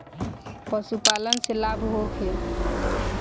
पशु पालन से लाभ होखे?